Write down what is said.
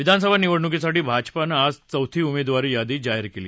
विधानसभा निवडणुकसाठी भाजपानं आज चौथी उमेदवार यादी जाहीर केली